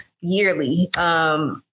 yearly